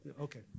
Okay